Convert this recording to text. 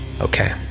Okay